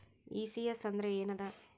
ECS ಅಂದ್ರ ಏನದ?